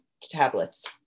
tablets